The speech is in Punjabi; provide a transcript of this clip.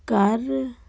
ਕਰ